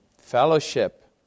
Fellowship